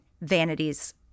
vanities